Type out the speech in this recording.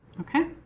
Okay